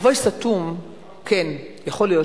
מבוי סתום, כן, יכול להיות